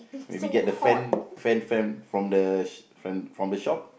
maybe get the fan fan fan from the sh~ fan from the shop